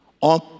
on